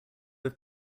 have